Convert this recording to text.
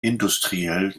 industriell